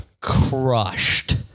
crushed